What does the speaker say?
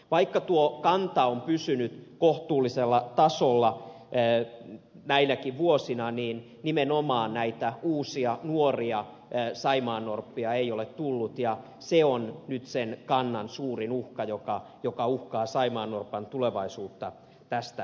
vaikka tuo kanta on pysynyt kohtuullisella tasolla näinäkin vuosina niin nimenomaan näitä uusia nuoria saimaannorppia ei ole tullut ja se on nyt sen kannan suurin uhka joka uhkaa saimaannorpan tulevaisuutta tästä eteenpäin